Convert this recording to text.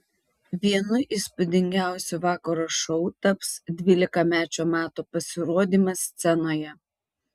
vienu įspūdingiausių vakaro šou taps dvylikamečio mato pasirodymas scenoje